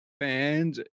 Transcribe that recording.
fans